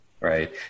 right